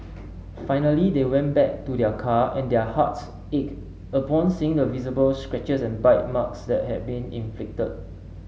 finally they went back to their car and their hearts ached upon seeing the visible scratches and bite marks that had been inflicted